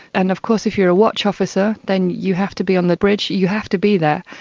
and of course if you are a watch officer then you have to be on the bridge, you have to be there,